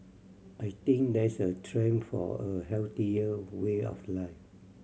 I think there is a trend for a healthier way of life